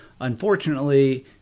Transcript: Unfortunately